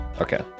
Okay